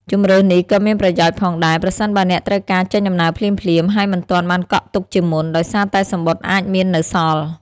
ជម្រើសនេះក៏មានប្រយោជន៍ផងដែរ ប្រសិនបើអ្នកត្រូវការចេញដំណើរភ្លាមៗ ហើយមិនទាន់បានកក់ទុកជាមុន ដោយសារតែសំបុត្រអាចមាននៅសល់។